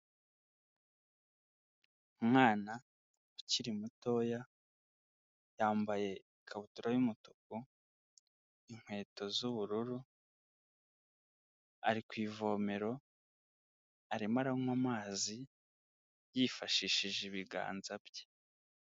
Umwana ukiri mutoya yambaye ikabutura y'umutuku, inkweto z'ubururu, ari ku ivomero arimo aranywa amazi yifashishije ibiganza bye.